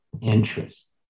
interest